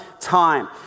time